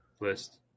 list